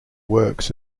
works